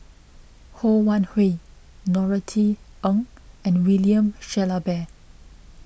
Ho Wan Hui Norothy Ng and William Shellabear